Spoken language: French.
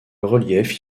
relief